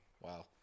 Wow